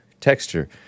texture